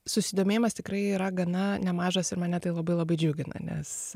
susidomėjimas tikrai yra gana nemažas ir mane tai labai labai džiugina nes